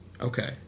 Okay